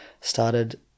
started